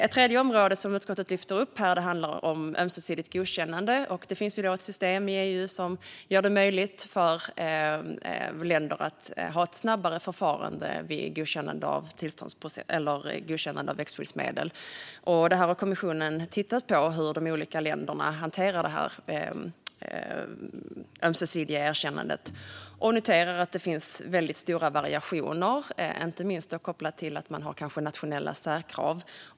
Ett tredje område som utskottet lyfter upp handlar om ömsesidigt godkännande. Det finns i dag ett system i EU som gör det möjligt för länder att ha ett snabbare förfarande vid godkännande av växtskyddsmedel. Kommissionen har tittat på hur de olika länderna hanterar detta ömsesidiga erkännande och noterar att det finns väldigt stora variationer, inte minst kopplat till att man kanske har nationella särkrav.